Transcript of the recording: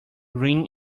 green